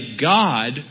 God